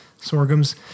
Sorghum's